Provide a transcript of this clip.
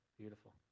beautiful